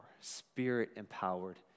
spirit-empowered